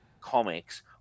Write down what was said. comics